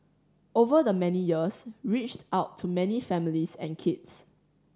over the many years reached out to many families and kids